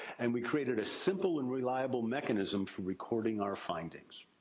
and we created a simple and reliable mechanism for recording our findings.